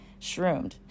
shroomed